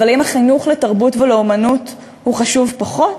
אבל האם החינוך לתרבות ולאמנות הוא חשוב פחות?